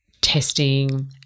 testing